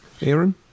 Aaron